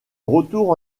retour